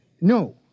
No